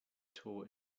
tour